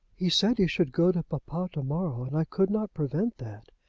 he said he should go to papa to-morrow, and i could not prevent that.